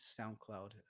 SoundCloud